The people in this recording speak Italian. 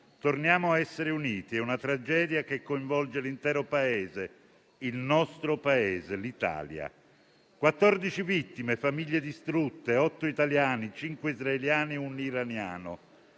torniamo a essere uniti: è una tragedia che coinvolge l'intero Paese, il nostro Paese, l'Italia. Quattordici vittime, famiglie distrutte, otto italiani, cinque israeliani e un iraniano,